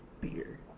beer